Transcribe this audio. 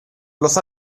los